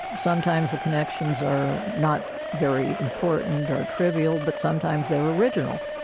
sometimes the connections are not very important or trivial but sometimes they're original.